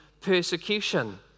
persecution